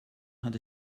hat